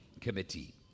committee